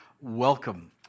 welcome